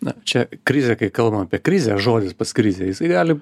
na čia krizė kai kalbam apie krizę žodis pats krizė jisai gali